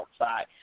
outside